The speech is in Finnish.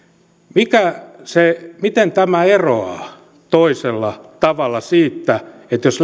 tämä miten tämä eroaa toisella tavalla siitä jos